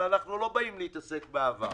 אבל אנחנו לא באים להתעסק בעבר